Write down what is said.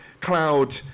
cloud